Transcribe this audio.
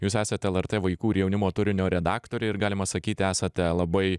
jūs esat lrt vaikų ir jaunimo turinio redaktorė ir galima sakyti esate labai